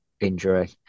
Injury